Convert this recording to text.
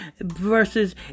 versus